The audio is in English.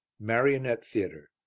marionette theatre.